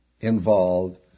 involved